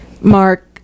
Mark